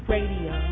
Radio